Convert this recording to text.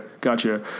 Gotcha